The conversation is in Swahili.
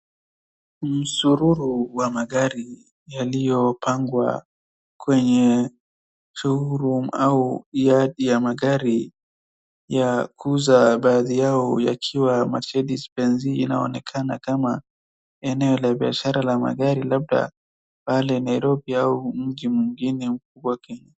Msururu wa magari yaliyopangwa kwenye showroom au yadi ya magari ya kuuza. baadhi yao yakiwa Mercedes Benz. Inaonekana kama eneo la biashara la magari labda pale Nairobi au mji mwingine mkubwa Kenya.